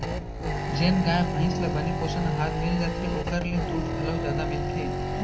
जेन गाय भईंस ल बने पोषन अहार मिल जाथे ओकर ले दूद घलौ जादा मिलथे